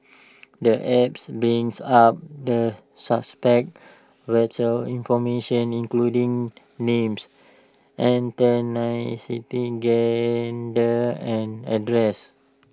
the apps brings up the suspect's vital information including names ethnicity gender and address